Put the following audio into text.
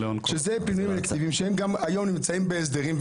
זה פינויים אלקטיביים, שנמצאים היום כבר בהסדרים.